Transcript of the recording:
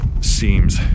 seems